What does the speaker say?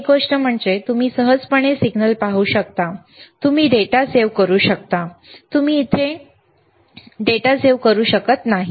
एक गोष्ट म्हणजे तुम्ही सहजपणे सिग्नल पाहू शकता तुम्ही डेटा सेव्ह करू शकता इथे तुम्ही डेटा सेव्ह करू शकत नाही